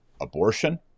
abortion